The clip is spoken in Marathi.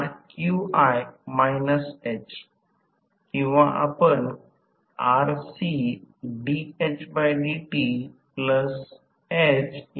तर r थेवेनिन 0 आणि x थेव्हनिन 0 आणि VThevenin V हे समीकरण 27 मध्ये ठेवले तर त्याला torque 3ω S V2 r2 S मिळतील